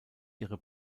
ihre